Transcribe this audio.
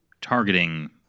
targeting